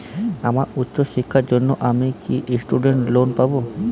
আমার উচ্চ শিক্ষার জন্য আমি কি স্টুডেন্ট লোন পাবো